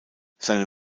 seine